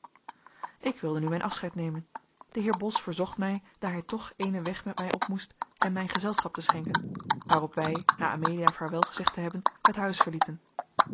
ik wilde nu mijn afscheid nemen de heer bos verzocht mij daar hij toch éénen weg met mij op moest hem mijn gezelschap te schenken waarop wij na amelia vaarwel gezegd te hebben het huis verlieten